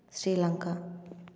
Sri Lanka